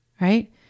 right